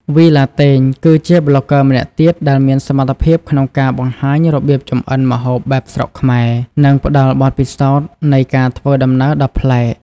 វីឡាតេង គឺជាប្លុកហ្គើម្នាក់ទៀតដែលមានសមត្ថភាពក្នុងការបង្ហាញរបៀបចម្អិនម្ហូបបែបស្រុកខ្មែរ និងផ្តល់បទពិសោធន៍នៃការធ្វើដំណើរដ៏ប្លែក។